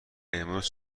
امروز